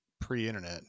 pre-internet